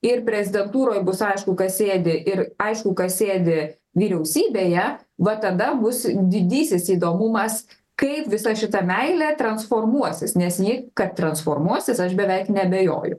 ir prezidentūroj bus aišku kas sėdi ir aišku kas sėdi vyriausybėje va tada bus didysis įdomumas kaip visa šita meilė transformuosis nes ji kad transformuosis aš beveik neabejoju